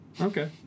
Okay